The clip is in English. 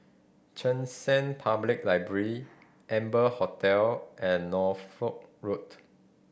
Cheng San Public Library Amber Hotel and Norfolk Road